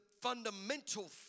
fundamental